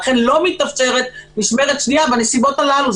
לכן לא מתאפשרת משמרת שנייה בנסיבות הללו.